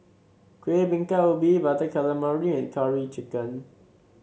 Kuih Bingka Ubi Butter Calamari and Curry Chicken